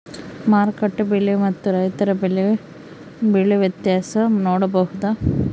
ಮಾರುಕಟ್ಟೆ ಬೆಲೆ ಮತ್ತು ರೈತರ ಬೆಳೆ ಬೆಲೆ ವ್ಯತ್ಯಾಸ ನೋಡಬಹುದಾ?